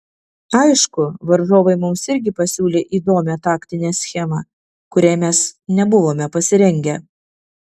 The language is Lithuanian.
aišku varžovai mums irgi pasiūlė įdomią taktinę schemą kuriai mes nebuvome pasirengę